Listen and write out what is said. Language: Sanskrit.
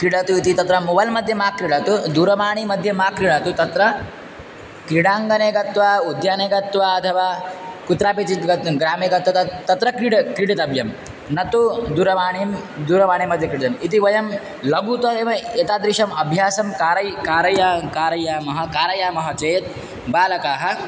क्रीडतु इति तत्र मोबैल् मध्ये मा क्रीडतु दूरवाणीमध्ये मा क्रीडतु तत्र क्रीडाङ्गने गत्वा उद्यानं गत्वा अथवा कुत्रापि चेत् गत्वा ग्रामे गत्वा तत्र तत्र क्रीडा क्रीडितव्यं न तु दूरवाणीं दूरवाणी मध्ये क्रीडितम् इति वयं लघुतः एव एतादृशम् अभ्यासं कारयन् कारय कारयामः कारयामः चेत् बालकाः